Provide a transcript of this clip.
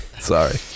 Sorry